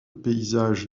paysage